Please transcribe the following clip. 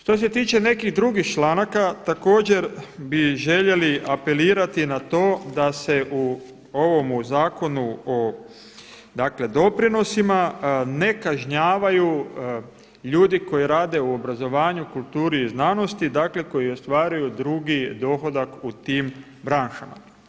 Što se tiče nekih drugih članaka, također bi željeli apelirati na to da se u ovomu Zakonu o doprinosima ne kažnjavaju ljudi koji rade u obrazovanju, kulturi i znanosti koji ostvaruju drugi dohodak u tim branšama.